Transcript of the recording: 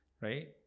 right